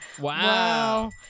Wow